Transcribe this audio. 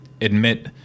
admit